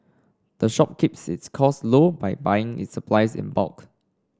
the shop keeps its costs low by buying its supplies in bulk